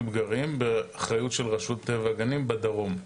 פגרים באחריות של רשות הטבע והגנים בדרום.